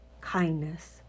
kindness